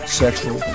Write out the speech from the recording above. sexual